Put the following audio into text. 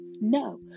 No